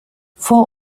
vor